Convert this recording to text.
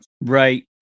Right